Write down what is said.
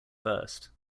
first